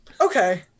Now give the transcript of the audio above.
Okay